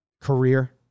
career